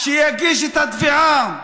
שיגיש את התביעה,